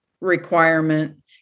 requirement